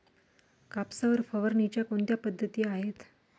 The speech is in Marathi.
कापसावर फवारणीच्या कोणत्या पद्धती आहेत?